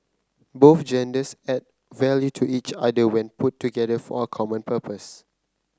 both genders add value to each other when put together for a common purpose